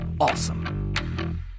awesome